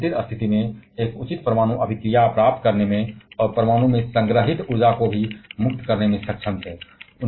और नियंत्रित स्थिति में एक उचित परमाणु प्रतिक्रिया प्राप्त करने में सक्षम थे और परमाणु में संग्रहीत ऊर्जा को भी मुक्त करते हैं